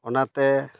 ᱚᱱᱟᱛᱮ